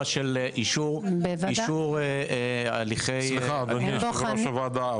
של אישור הליכי- - אדוני יושב-ראש הוועדה,